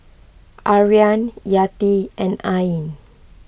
Aryan Yati and Ain